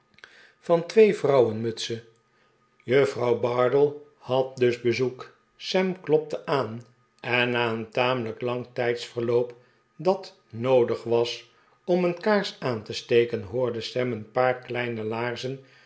van twee vrouwenmutsen juffrouw bardell had dus bezoek sam klopte aan en na een tamelijk lang tijdsverloop dat noodig was om een kaars aan te steken hoorde sam een paar kleine laarzen